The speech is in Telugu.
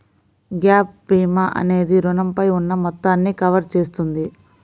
గ్యాప్ భీమా అనేది రుణంపై ఉన్న మొత్తాన్ని కవర్ చేస్తుంది